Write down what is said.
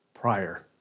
Prior